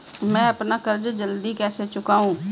मैं अपना कर्ज जल्दी कैसे चुकाऊं?